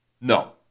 No